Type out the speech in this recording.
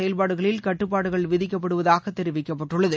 செயல்பாடுகளில் கட்டுப்பாடுகள் இதன்மூலம் விதிக்கப்படுவதாகத் தெரிவிக்கப்பட்டுள்ளது